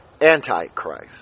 anti-Christ